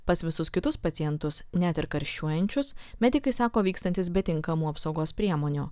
pas visus kitus pacientus net ir karščiuojančius medikai sako vykstantys be tinkamų apsaugos priemonių